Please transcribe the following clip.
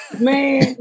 Man